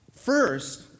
First